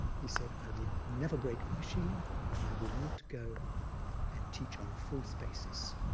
he said, i would never break my sila and i would not go and teach on a false basis.